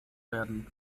werden